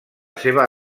seva